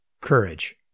courage